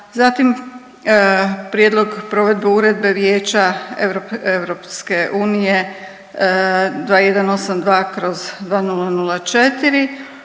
zatim prijedlog provedbe Uredbe Vijeća EU 2182/2004,